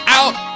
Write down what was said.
out